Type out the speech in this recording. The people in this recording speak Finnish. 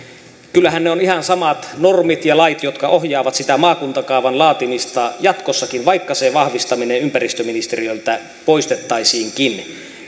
kyllähän ne ovat ihan samat normit ja lait jotka ohjaavat sitä maakuntakaavan laatimista jatkossakin vaikka se vahvistaminen ympäristöministeriöltä poistettaisiinkin